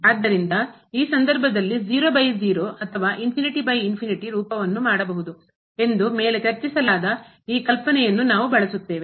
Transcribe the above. ಆದ್ದರಿಂದ ಈ ಸಂದರ್ಭದಲ್ಲಿ 00 ಅಥವಾ ರೂಪವನ್ನು ಮಾಡಬಹುದು ಎಂದು ಮೇಲೆ ಚರ್ಚಿಸಲಾದ ಈ ಕಲ್ಪನೆಯನ್ನು ನಾವು ಬಳಸುತ್ತೇವೆ